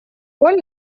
роль